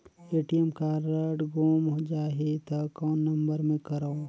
ATM card गुम जाही त कौन नम्बर मे करव?